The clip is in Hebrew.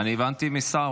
הבנתי מהשר,